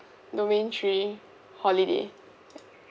domain three holiday